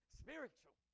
spiritual